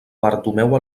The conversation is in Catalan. bartomeu